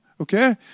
Okay